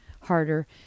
harder